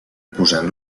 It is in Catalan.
posant